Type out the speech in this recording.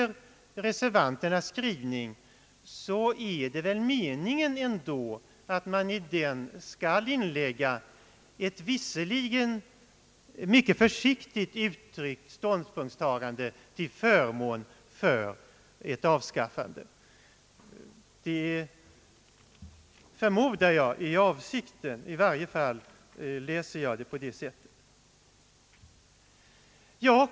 Reservanterna har väl ändå i sin skrivning inlagt ett — visserligen mycket försiktigt uttryck — ståndpunktstagande till förmån för ett avskaffande av förbudet. Jag förmodar att det är avsikten. I varje fall läser jag reservationen på det sättet.